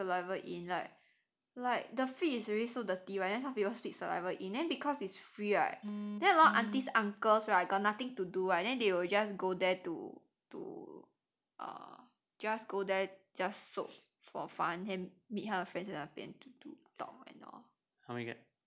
ya they spit saliva in like like the feet is already so dirty right then some people spit saliva in then because it's free right then a lot aunties uncles right got nothing to do right then they will just go there to to err just go there just soak for fun and meet 他的 friends 在那边 to do talk and all